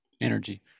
energy